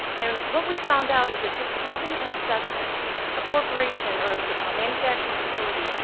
and what we found out is that just having an assessment a corporation or a manufacturing facility,